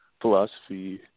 philosophy